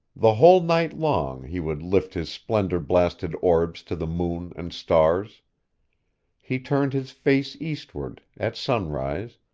the whole night long, he would lift his splendor-blasted orbs to the moon and stars he turned his face eastward, at sunrise,